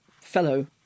fellow